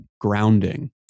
grounding